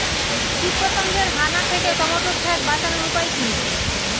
কীটপতঙ্গের হানা থেকে টমেটো ক্ষেত বাঁচানোর উপায় কি?